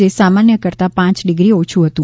જે સામાન્ય કરતાં પાંચ ડિગ્રી ઓછું હતું